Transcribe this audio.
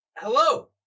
Hello